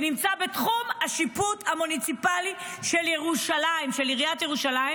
שנמצא בתחום השיפוט המוניציפלי של עיריית ירושלים,